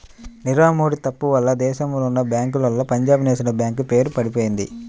నీరవ్ మోడీ తప్పు వలన దేశంలో ఉన్నా బ్యేంకుల్లో పంజాబ్ నేషనల్ బ్యేంకు పేరు పడిపొయింది